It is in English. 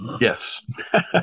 Yes